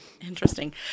Interesting